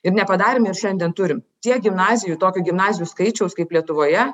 ir nepadarėm ir šiandien turim tiek gimnazijų tokio gimnazijų skaičiaus kaip lietuvoje